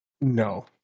no